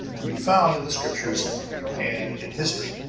to be found in the scripture and in history.